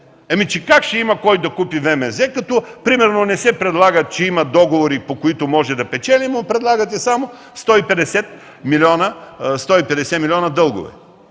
Ами че как ще има кой да купи ВМЗ, като, примерно, не се предлага, че има договори, по които може да печели, а му предлагате само 150 милиона дългове?